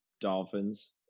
Dolphins